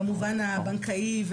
במובן הבנקאי,